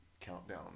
Countdown